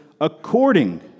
according